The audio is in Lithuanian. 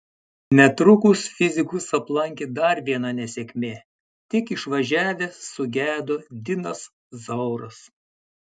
netrukus fizikus aplankė dar viena nesėkmė tik išvažiavęs sugedo dinas zauras